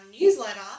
newsletter